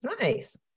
Nice